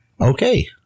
okay